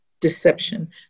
deception